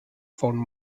found